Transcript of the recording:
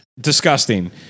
disgusting